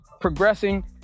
progressing